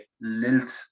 lilt